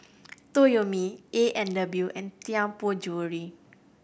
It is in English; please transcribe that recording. Toyomi A and W and Tianpo Jewellery